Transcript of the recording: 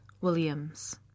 Williams